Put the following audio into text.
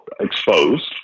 exposed